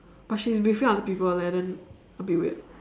but she's briefing other people leh then a bit weird